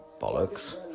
bollocks